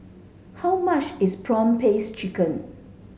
how much is prawn paste chicken